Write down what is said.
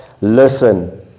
listen